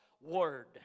Word